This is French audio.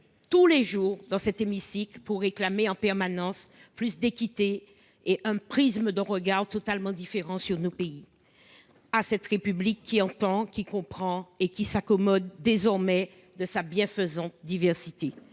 tous les jours dans cet hémicycle pour réclamer en permanence plus d'équité et un prisme de regarde totalement différent sur nos pays. À cette république qui entend qui comprend et qui s'accommode désormais de sa bienfaisante diversité